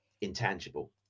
intangible